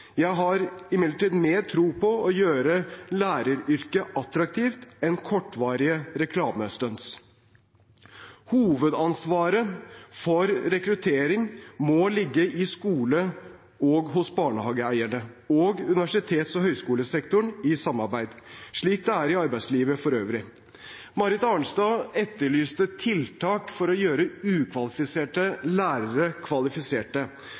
Jeg har imidlertid mer tro på å gjøre læreryrket attraktivt enn på kortvarige reklamestunt. Hovedansvaret for rekruttering må ligge i skolen og hos barnehageeiere og universitets- og høyskolesektoren i samarbeid, slik det er i arbeidslivet for øvrig. Marit Arnstad etterlyste tiltak for å gjøre ukvalifiserte lærere kvalifiserte.